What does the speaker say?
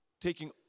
taking